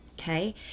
Okay